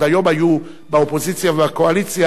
שעד היום היו באופוזיציה ובקואליציה,